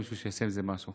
מישהו שיעשה עם זה משהו.